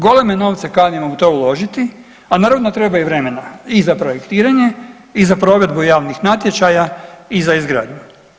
Goleme novce kanimo u to uložiti, a naravno da treba i vremena i za projektiranje i za provedbu javnih natječaja i za izgradnju.